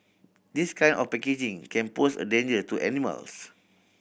this kind of packaging can pose a danger to animals